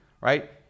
right